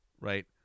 right